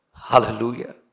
Hallelujah